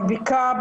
בבקעה,